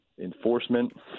enforcement